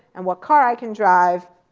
and what car i can drive,